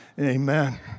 Amen